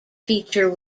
feature